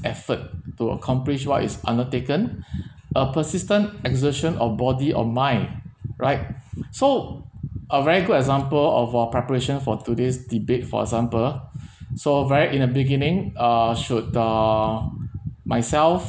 effort to accomplish what is undertaken a persistent exertion of body or mind right so a very good example of uh preparation for today's debate for example so very in a beginning uh should uh myself